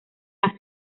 las